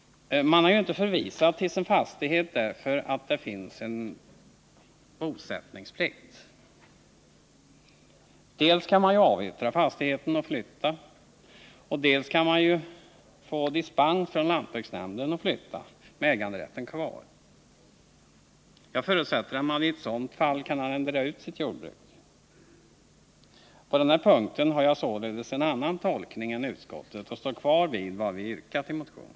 Man är ju inte förvisad till sin fastighet därför att det finns en bosättningsplikt. Dels kan man ju avyttra fastigheten och flytta, dels kan man ju få dispens från lantbruksnämnden och flytta med äganderätten kvar. Jag förutsätter att man i ett sådant fall kan arrendera ut sitt jordbruk. På den här punkten har jag således en annan tolkning än utskottet och står kvar vid vad vi yrkat i motionen.